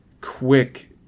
quick